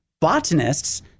Botanists